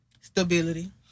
Stability